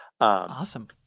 awesome